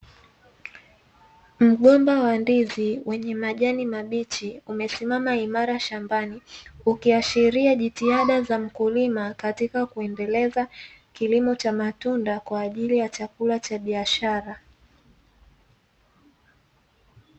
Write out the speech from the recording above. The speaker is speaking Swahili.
Mgomba wa ndizi wenye majani mabichi umeimama imara shambani, ukiashiria jitihada za mkulima katika kuendeleza kilimo cha matunda kwa ajili ya chakula cha biashara.